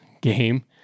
game